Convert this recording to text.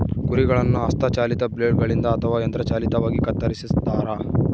ಕುರಿಗಳನ್ನು ಹಸ್ತ ಚಾಲಿತ ಬ್ಲೇಡ್ ಗಳಿಂದ ಅಥವಾ ಯಂತ್ರ ಚಾಲಿತವಾಗಿ ಕತ್ತರಿಸ್ತಾರ